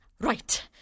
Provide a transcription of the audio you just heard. Right